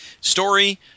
Story